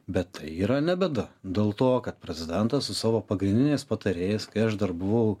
bet tai yra ne bėda dėl to kad prezidentas su savo pagrindiniais patarėjais kai aš dar buvau